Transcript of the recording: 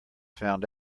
found